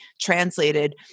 translated